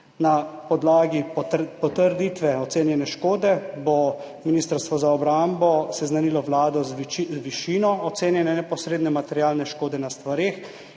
Na podlagi potrditve ocenjene škode bo Ministrstvo za obrambo seznanilo Vlado z višino ocenjene neposredne materialne škode na stvareh